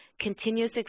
Continuous